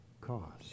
cost